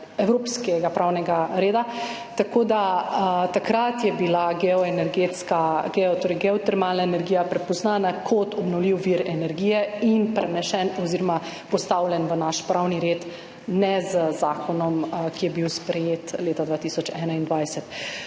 evropskega pravnega reda. Tako da takrat je bila geoenergetska, torej geotermalna energija prepoznana kot obnovljivi vir energije in prenesena oziroma postavljena v naš pravni red, ne z zakonom, ki je bil sprejet leta 2021.